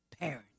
parent